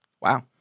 Wow